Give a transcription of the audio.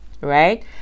right